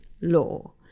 law